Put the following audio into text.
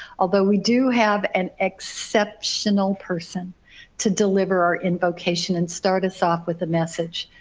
although we do have an exceptional person to deliver our invocation and start us off with the message.